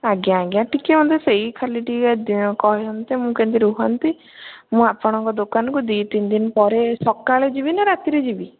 ଆଜ୍ଞା ଆଜ୍ଞା ଟିକିଏ ମୋତେ ସେଇ ଖାଲି ଟିକିଏ କୁହନ୍ତେ ମୁଁ କେମିତି ରୁହନ୍ତି ମୁଁ ଆପଣଙ୍କ ଦୋକାନକୁ ଦୁଇ ତିନି ଦିନ ପରେ ସକାଳେ ଯିବିନା ରାତିରେ ଯିବି